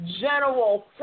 general